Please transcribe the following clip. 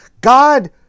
God